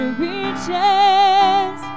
reaches